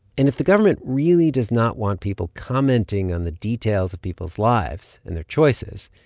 and if the government really does not want people commenting on the details of people's lives and their choices,